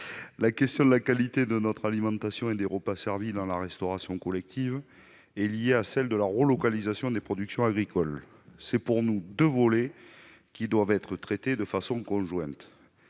La question de la qualité de notre alimentation et des repas servis dans la restauration collective est liée à celle de la relocalisation des productions agricoles. Pour nous, il s'agit de deux volets qui doivent être traités de façon conjointe.